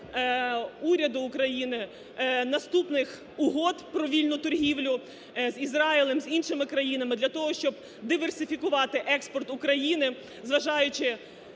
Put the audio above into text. уряду України наступних угод про вільну торгівлю: з Ізраїлем, з іншими країнами – для того щоб диверсифікувати експорт України, зважаючи